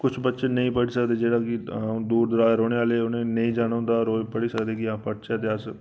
किश बच्चे नेईं पढ़ी सकदे जेह्ड़े कि दूर दराज दे रौंह्ने आह्ले ते उ'नें नेईं जाना होंदा कि'यां अस पढ़चै ते